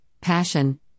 passion